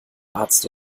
arzt